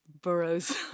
burrows